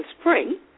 spring